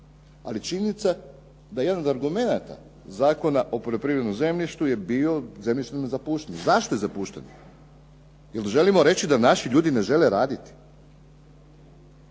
činjenica da jedan od argumenata Zakona o poljoprivrednom zemljištu je bio zemljišna zapuštenost. Zašto je zapušten? Jer želimo reći da naši ljudi ne žele raditi?